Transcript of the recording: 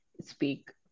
speak